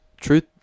truth